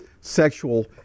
sexual